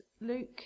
Luke